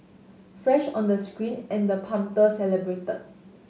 flash on the screen and the punter celebrated